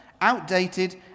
outdated